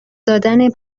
دادن